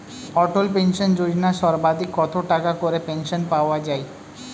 অটল pension Yojana সর্বাধিক কত টাকা করে পেনশন পাওয়া যায়?